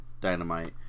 dynamite